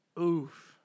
Oof